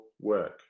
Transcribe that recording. work